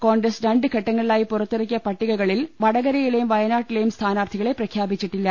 കോൺഗ്രസ് രണ്ട് ഘട്ടങ്ങളിലായി പുറത്തിറക്കിയ പട്ടികകളിൽ വട കരയിലേയും വയനാട്ടിലേയും സ്ഥാനാർത്ഥികളെ പ്രഖ്യാപിച്ചിട്ടില്ല